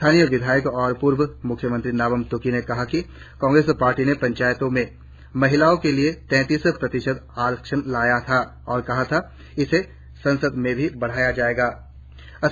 स्थानीय विधायक और पूर्व मुख्यमंत्री नाबम तुकी ने कहा कि कांग्रेस पार्टी ने पंचायतों में महिलाओं के लिए तैतीस प्रतिशत आरक्षण लाया था और कहा था इसे संसद में भी बढ़ाया जाना चाहिए